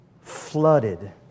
flooded